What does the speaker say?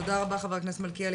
תודה רבה, חבר הכנסת מלכיאלי.